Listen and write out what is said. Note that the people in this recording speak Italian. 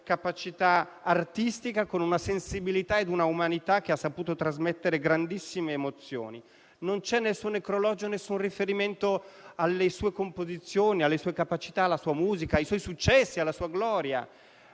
Non c'è nel suo necrologio alcun riferimento alle sue composizioni, alle sue capacità, alla sua musica, ai suoi successi e alla sua gloria,